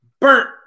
burnt